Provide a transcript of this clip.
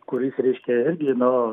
kuris reiškia irgi nu